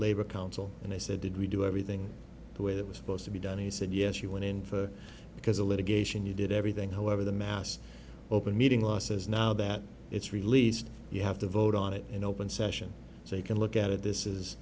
labor council and i said did we do everything the way it was supposed to be done he said yes you went in for because the litigation you did everything however the mass open meeting law says now that it's released you have to vote on it in open session so you can look at it this is